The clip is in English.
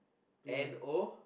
N O